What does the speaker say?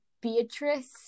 Beatrice